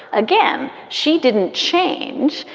again, she didn't change.